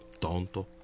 Tonto